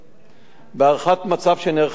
בהערכת מצב שנעשתה על-פי החוק